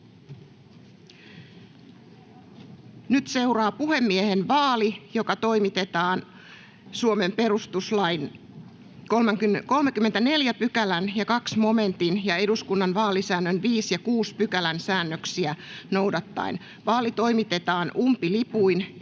Nyt seuraa puhemiehen vaali, joka toimitetaan Suomen perustuslain 34 §:n 2 momentin ja eduskunnan vaalisäännön 5 ja 6 §:n säännöksiä noudattaen. Vaali toimitetaan umpilipuin.